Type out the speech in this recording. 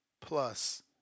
plus